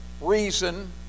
reason